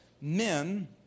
men